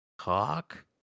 talk